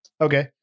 Okay